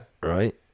Right